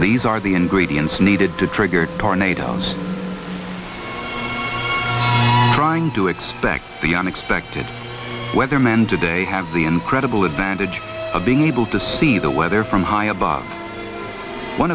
these are the ingredients needed to trigger tornadoes trying do expect the unexpected weatherman today have the incredible advantage of being able to see the weather from high abo